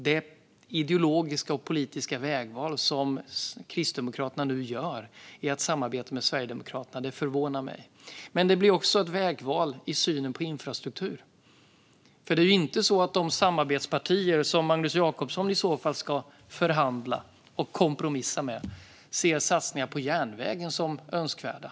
Det ideologiska och politiska vägval som Kristdemokraterna nu gör i fråga om att samarbeta med Sverigedemokraterna förvånar mig. Men det blir också ett vägval i synen på infrastruktur. De samarbetspartier som Magnus Jacobsson i så fall ska förhandla och kompromissa med ser nämligen inte satsningar på järnvägen som önskvärda.